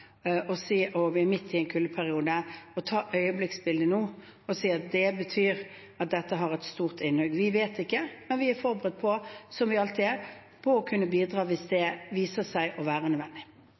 og midt i en kuldeperiode, å ta øyeblikksbildet nå og si at det betyr at dette har et stort innhugg. Vi vet ikke, men vi er forberedt på – som vi alltid er – å kunne bidra hvis det viser seg å være nødvendig.